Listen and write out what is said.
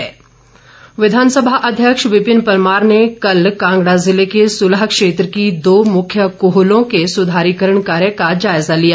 पुरमार विधानसभा अध्यक्ष विपिन परमार ने कल कांगड़ा ज़िले के सुलह क्षेत्र की दो मुख्य कूहलों के सुधारीकरण कार्य का जायजा लिया